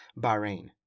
Bahrain